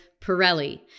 Pirelli